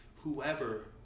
whoever